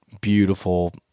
beautiful